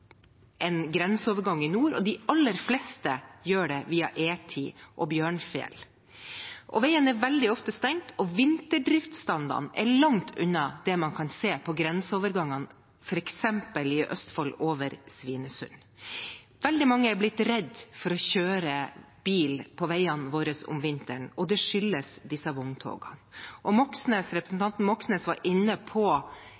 en grenseovergang i nord, og de aller fleste gjør det via E10 og Bjørnfjell. Veien er veldig ofte stengt, og vinterdriftsstandarden er langt unna det man kan se f.eks. på grenseovergangen i Østfold over Svinesund. Veldig mange er blitt redde for å kjøre bil på veiene våre om vinteren, og det skyldes disse vogntogene. Representanten Moxnes